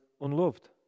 unloved